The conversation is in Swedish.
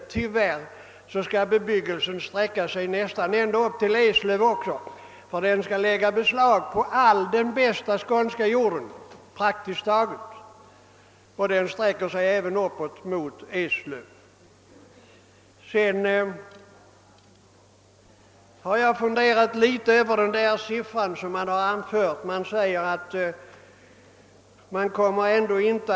Men tyvärr skall bebyggelsen sträcka sig nästan ända upp till Eslöv och även där lägga beslag på den bästa skånska jorden, som sträcker sig upp emot Eslöv. Slutligen har jag också funderat litet över den siffra som här nämnts.